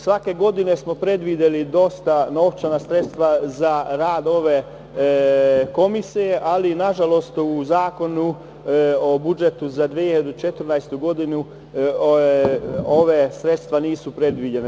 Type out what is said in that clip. Svake godine smo predvideli dosta novčanih sredstava za rad ove komisije, ali nažalost u Zakonu o budžetu za 2014. godinu ova sredstva nisu predviđena.